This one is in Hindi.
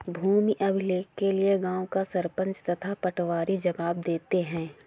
भूमि अभिलेख के लिए गांव का सरपंच तथा पटवारी जवाब देते हैं